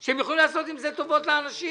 בזמן שהם יכולים לעשות עם זה טובות לאנשים.